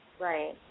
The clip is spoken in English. Right